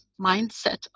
mindset